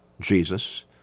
Jesus